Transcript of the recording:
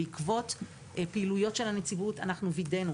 בעקבות פעילויות הנציבות אנחנו וידאנו